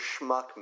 schmuck